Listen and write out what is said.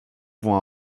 voient